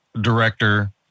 director